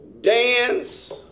dance